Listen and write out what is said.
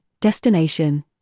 destination